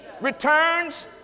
Returns